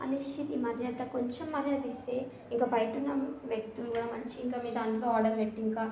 అనేసి ఈ మర్యాద కొంచెం మర్యాద ఇస్తే ఇంకా బయట ఉన్న వ్యక్తులు కూడా మంచి ఇంకా మీ దాంట్లో ఆర్డర్ పెట్టి ఇంకా